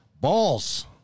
balls